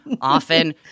Often